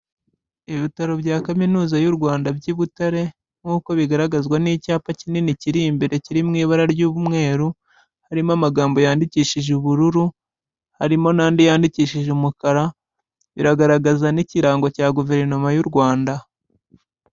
Ibitaro bya kaminuza y'u Rwanda by'i Butare, nkuko bigaragazwa n'icyapa kinini kiri imbere kiri mu ibara ry'umweru, harimo amagambo yandikishije ubururu, harimo n'andi yandikishije umukara, biragaragaza n'ikirango cya guverinoma y'u Rwanda.